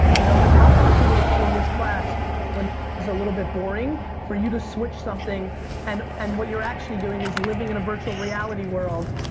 you know like how awesome would it be in this class when is a little bit boring for you to switch something and and what you're actually doing is living in a virtual reality world.